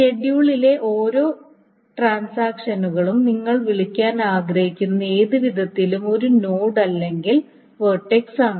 ഷെഡ്യൂളിലെ ഓരോ ഇടപാടുകളും നിങ്ങൾ വിളിക്കാൻ ആഗ്രഹിക്കുന്ന ഏതു വിധത്തിലും ഒരു നോഡ് അല്ലെങ്കിൽ വെർട്ടെക്സ് ആണ്